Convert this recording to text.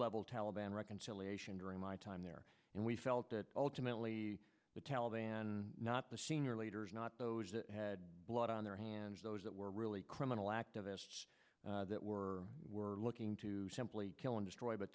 level taliban reconciliation during my time there and we felt that ultimately the taliban not the senior leaders not those who had blood on their hands those that were really criminal activists that were were looking to simply kill and destroy but